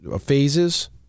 phases